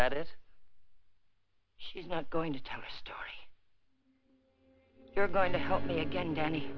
that if she's not going to tell her story you're going to help me again danny